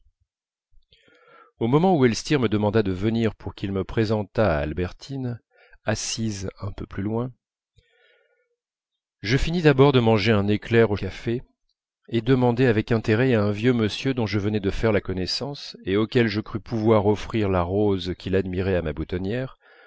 au moment où elstir me demanda de venir pour qu'il me présentât à albertine assise un peu plus loin je finis d'abord de manger un éclair au café et demandai avec intérêt à un vieux monsieur dont je venais de faire la connaissance et auquel je crus pouvoir offrir la rose qu'il admirait à ma boutonnière